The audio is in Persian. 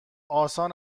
آسان